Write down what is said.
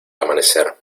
amanecer